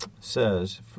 says